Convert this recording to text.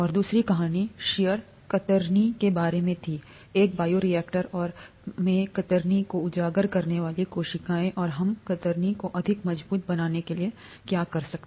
और दूसरी कहानी शीयर कतरनी के बारे में थी एक बायोरिएक्टर और में कतरनी को उजागर करने वाली कोशिकाएं और हम कतरनी को अधिक मजबूत बनाने के लिए क्या कर सकते हैं